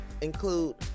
include